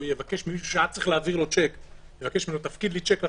או יבקש ממישהו שהיה צריך להעביר לו שיק להפקיד לו שיק לחשבון,